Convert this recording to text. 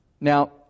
Now